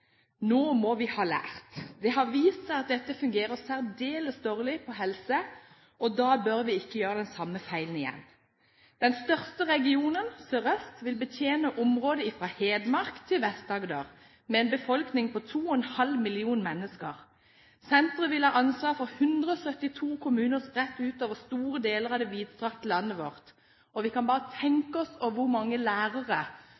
Nå må vi ha lært. Det har jo vist seg at dette fungerer særdeles dårlig på helse, og da bør vi ikke gjøre den samme feilen igjen. Den største regionen, sørøst, vil betjene området fra Hedmark til Vest-Agder, med en befolkning på 2,5 millioner mennesker. Senteret vil ha ansvar for 172 kommuner spredt ut over store deler av det vidstrakte landet vårt. Vi kan bare